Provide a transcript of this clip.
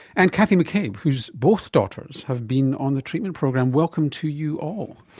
and cathy mccabe, whose both daughters have been on the treatment program. welcome to you all.